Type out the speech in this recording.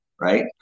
right